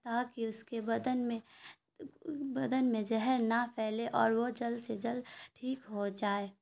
تاکہ اس کے بدن میں بدن میں زہر نہ پھیلے اور وہ جلد سے جلد ٹھیک ہو جائے